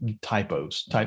typos